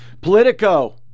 Politico